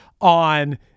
on